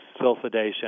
sulfidation